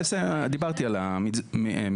בסדר, דיברתי על המיזוג/פיצול.